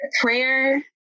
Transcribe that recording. prayer